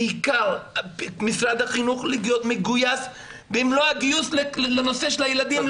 בעיקר משרד החינוך שיהיה מגויס במלוא הגיוס לנושא של הילדים,